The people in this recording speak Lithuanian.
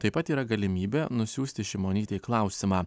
taip pat yra galimybė nusiųsti šimonytei klausimą